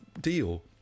deal